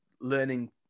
learning